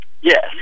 Yes